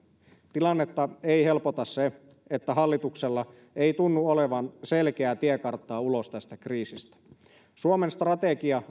tilannetta ei helpota se että hallituksella ei tunnu olevan selkeää tiekarttaa ulos tästä kriisistä suomen strategia